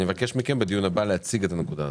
אני מבקש מכם בדיון הבא להציג את הנקודה הזאת.